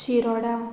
Shiroda